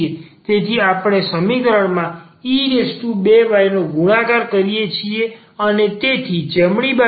તેથી આપણે આ સમીકરણમાં e2y નો ગુણાકાર કરીએ છીએ અને તેથી જમણી બાજુ exx2 થઈ જાય છે